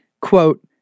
quote